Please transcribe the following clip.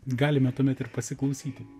galime tuomet ir pasiklausyti